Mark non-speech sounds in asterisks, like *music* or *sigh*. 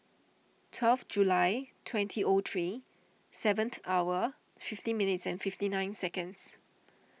twelve July twenty O three seven *noise* hour fifty minutes and fifty nine seconds